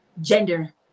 Gender